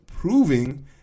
Proving